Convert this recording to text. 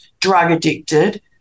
drug-addicted